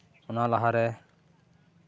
ᱚᱱᱟ ᱞᱟᱦᱟᱨᱮ